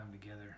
together